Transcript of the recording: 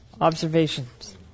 Observations